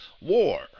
war